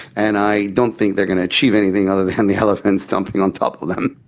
and i don't think they're going to achieve anything other than the elephant stomping on top of them.